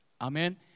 Amen